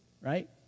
right